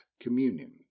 Communion